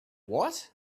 what